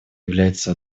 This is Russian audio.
является